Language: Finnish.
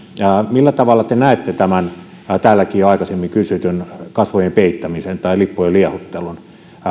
millä tavalla te näette tämän täällä jo aikaisemminkin kysytyn kasvojen peittämisen tai lippujen liehuttelun